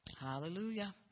Hallelujah